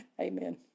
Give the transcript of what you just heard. Amen